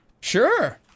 Sure